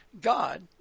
God